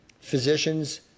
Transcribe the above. Physicians